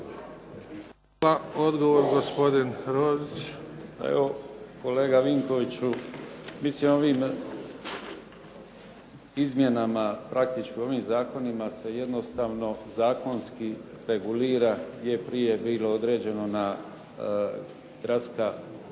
Vedran (HDZ)** Pa evo kolega Vinkoviću, mi ćemo ovim izmjenama praktičkim ovim zakonima se jednostavno zakonski regulira gdje je prije bilo određeno na gradska poglavarstva